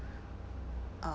uh